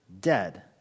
dead